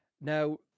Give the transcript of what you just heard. Now